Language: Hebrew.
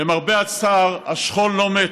למרבה הצער, השכול לא מת,